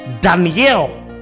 Daniel